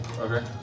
Okay